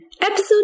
Episode